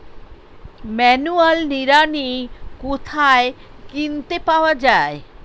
Manual নিড়ানি কোথায় কিনতে পাওয়া যায়?